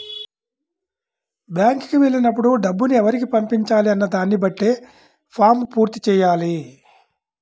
బ్యేంకుకి వెళ్ళినప్పుడు డబ్బుని ఎవరికి పంపించాలి అన్న దానిని బట్టే ఫారమ్ పూర్తి చెయ్యాలి